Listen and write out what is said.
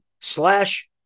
Slash